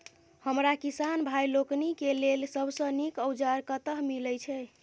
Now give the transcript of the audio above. हमरा किसान भाई लोकनि केँ लेल सबसँ नीक औजार कतह मिलै छै?